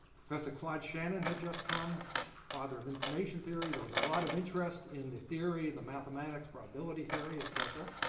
professor claude shannon had just come, the father of information theory, there was a lot of interest in the theory, the mathematics, probability theory, et cetera.